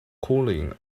cooling